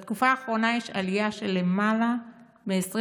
בתקופה האחרונה יש עלייה של למעלה מ-24%